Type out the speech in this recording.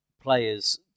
players